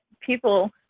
people